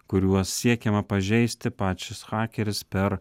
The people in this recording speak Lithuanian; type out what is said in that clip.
kuriuo siekiama pažeisti pačios hakeris per